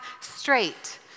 straight